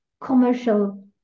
commercial